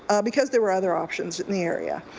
ah because there were other options in the area.